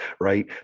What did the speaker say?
right